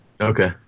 Okay